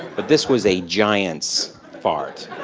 but this was a giant's fart,